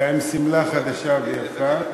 כלת השמחה, עם שמלה חדשה ויפה,